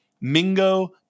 Mingo